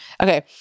Okay